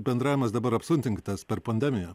bendravimas dabar apsunkintas per pandemiją